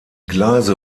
gleise